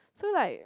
so like